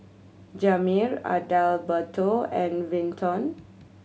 Jamir Adalberto and Vinton